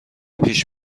پیش